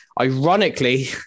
ironically